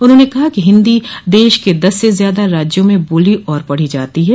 उन्होंने कहा कि हिन्दी देश के दस से ज़्यादा राज्यों में बोली और पढ़ो जाती है